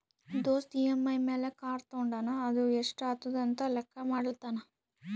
ದೋಸ್ತ್ ಇ.ಎಮ್.ಐ ಮ್ಯಾಲ್ ಕಾರ್ ತೊಂಡಾನ ಅದು ಎಸ್ಟ್ ಆತುದ ಅಂತ್ ಲೆಕ್ಕಾ ಮಾಡ್ಲತಾನ್